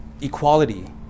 equality